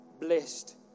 blessed